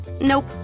Nope